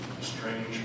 strange